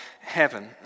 heaven